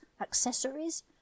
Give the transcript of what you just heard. accessories